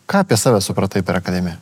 ką apie save supratai per akademiją